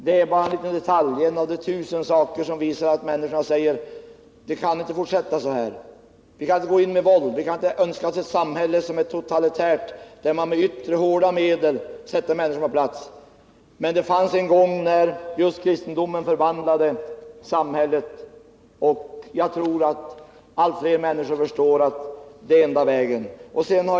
Det är bara en liten detalj, en av de tusen saker som visar att människorna säger: Det kan inte fortsätta så här! Men vi kan inte gå in med våld, vi kan inte önska oss ett totalitärt samhälle, där man med hårda yttre medel sätter människor på plats. Det fanns en tid när kristendomen förvandlade samhället, och jag tror allt fler människor förstår att det är enda vägen.